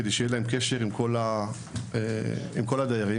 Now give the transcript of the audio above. כדי שיהיה להם קשר עם כל הדיירים.